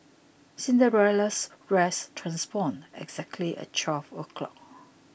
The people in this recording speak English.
cinderella's dress transformed exactly at twelve o' clock